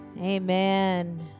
Amen